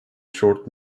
short